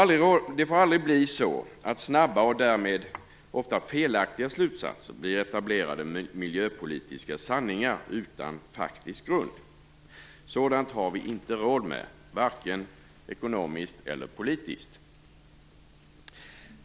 Det får aldrig bli så att snabba och därmed ofta felaktiga slutsatser blir etablerade miljöpolitiska sanningar utan faktisk grund. Sådant har vi inte råd med, vare sig ekonomiskt eller politiskt.